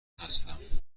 هستم